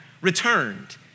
returned